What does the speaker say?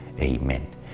Amen